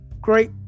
great